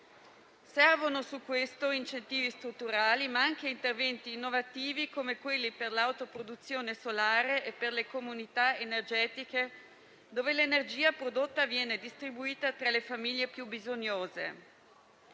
Servono su questo incentivi strutturali, ma anche interventi innovativi, come quelli per l'autoproduzione solare e per le comunità energetiche dove l'energia prodotta viene distribuita tra le famiglie più bisognose.